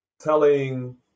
telling